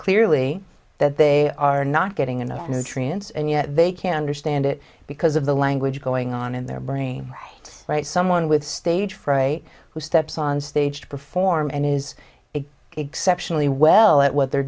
clearly that they are are not getting enough nutrients and yet they can understand it because of the language going on in their brain right someone with stage fright who steps on stage to perform and is it exceptionally well that what they're